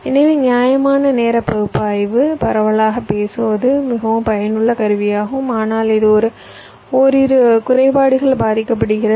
எனவே நிலையான நேர பகுப்பாய்வு பரவலாகப் பேசுவது மிகவும் பயனுள்ள கருவியாகும் ஆனால் இது ஓரிரு குறைபாடுகளால் பாதிக்கப்படுகிறது